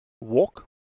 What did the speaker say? walk